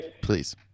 Please